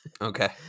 okay